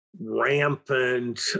rampant